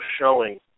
showing